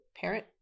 parent